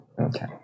Okay